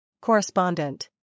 Correspondent